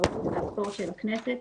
התרבות והספורט של הכנסת,